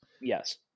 Yes